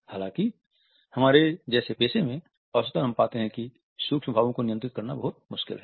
हालांकि हमारे जैसे पेशे में औसतन हम पाते हैं कि सूक्ष्म भावों का नियंत्रण बहुत मुश्किल है